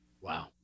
Wow